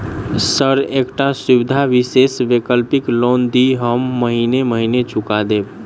Sir एकटा सुविधा विशेष वैकल्पिक लोन दिऽ हम महीने महीने चुका देब?